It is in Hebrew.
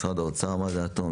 משרד האוצר אמר את דעתו.